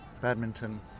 badminton